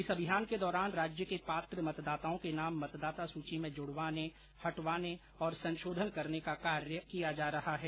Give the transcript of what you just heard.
इस अभियान के दौरान राज्य के पात्र मतदाताओं के नाम मतदाता सूची में जुड़वाने हटाने और संशोधन करने का कार्य किया जा रहा है